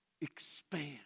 Expand